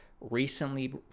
recently